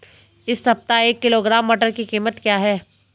इस सप्ताह एक किलोग्राम मटर की कीमत क्या है?